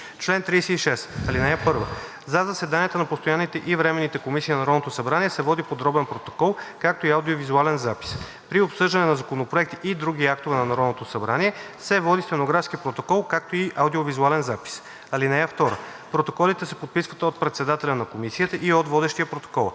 „Чл. 36. (1) За заседанията на постоянните и временните комисии на Народното събрание се води подробен протокол, както и аудио-визуален запис. При обсъждане на законопроекти и други актове на Народното събрание се води стенографски протокол, както и аудио-визуален запис. (2) Протоколите се подписват от председателя на комисията и от водещия протокола.